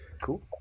Cool